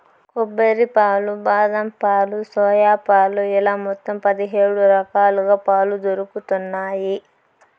కొబ్బరి పాలు, బాదం పాలు, సోయా పాలు ఇలా మొత్తం పది హేడు రకాలుగా పాలు దొరుకుతన్నాయి